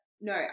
no